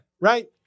Right